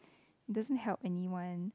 doesn't help anyone